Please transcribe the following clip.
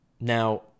Now